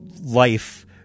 life